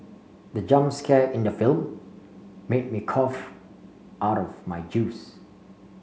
the jump scare in the film made me cough out my juice